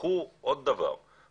קחו עוד דבר,